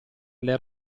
alle